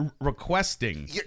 requesting